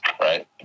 right